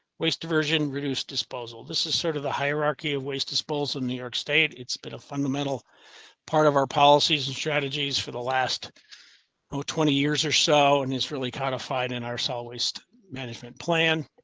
waste, diversion, reduced disposal. this is sort of the hierarchy of waste disposal in new york state. it's been a fundamental part of our policies and strategies for the last twenty years or so and is really codified in our solid waste management plan.